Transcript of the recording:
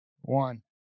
one